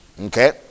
Okay